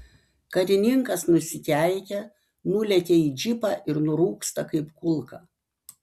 karininkas nusikeikia nulekia į džipą ir nurūksta kaip kulka